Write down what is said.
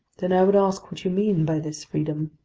then i would ask what you mean by this freedom.